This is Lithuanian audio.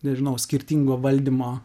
nežinau skirtingo valdymo